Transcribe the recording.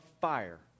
fire